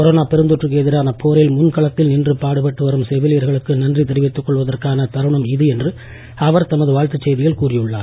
corona பெருந்தொற்றுக்கு எதிரான போரில் முன்களத்தில் நின்று பாடுபட்டு வரும் செவிலியர்களக்கு நன்றி தெரிவித்துக் கொள்வதற்கான தருணம் இது என்று அவர் தமது வாழ்த்துச் செய்தியில் கூறியுள்ளார்